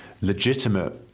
legitimate